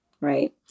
Right